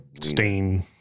Stein